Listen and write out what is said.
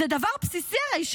זה דבר בסיסי הרי,